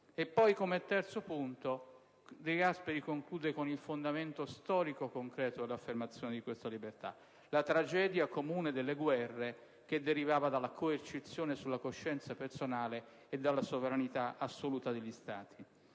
dello Stato. Infine, De Gasperi conclude con il fondamento storico concreto dell'affermazione di questa libertà: la tragedia comune delle guerre che derivava dalla coercizione sulla coscienza personale e dalla sovranità assoluta degli Stati.